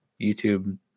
youtube